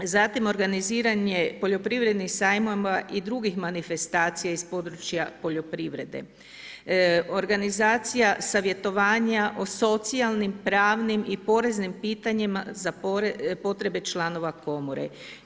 Zatim organiziranje poljoprivrednih sajmova i drugih manifestacija iz područja poljoprivrede, organizacija savjetovanja o socijalnim, pravnim i poreznim pitanjima za potrebe članova komore.